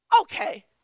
okay